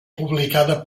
publicada